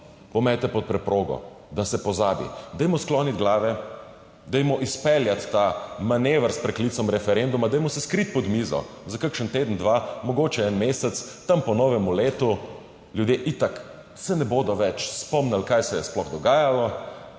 Pometite pod preprogo, da se pozabi. Dajmo skloniti glave, dajmo izpeljati ta manever s preklicem referenduma, dajmo se 23. TRAK: (VP) 15.50 (nadaljevanje) skriti pod mizo za kakšen teden, dva, mogoče en mesec, tam po novem letu ljudje itak se ne bodo več spomnili, kaj se je sploh dogajalo